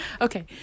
okay